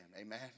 amen